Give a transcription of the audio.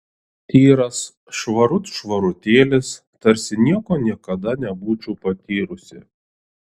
tyras švarut švarutėlis tarsi nieko niekada nebūčiau patyrusi